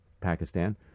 Pakistan